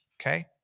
okay